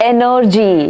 Energy